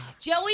Joey